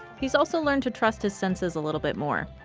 he's also learned to trust his senses a little bit more.